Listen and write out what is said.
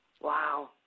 Wow